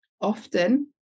often